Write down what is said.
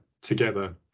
together